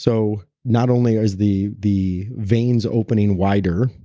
so not only is the the veins opening wider,